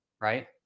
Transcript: Right